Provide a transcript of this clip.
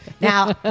Now